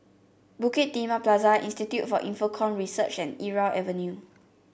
Bukit Timah Plaza Institute for Infocomm Research and Irau Avenue